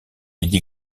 lady